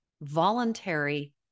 voluntary